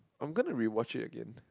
I am going to rewatch it again